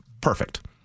perfect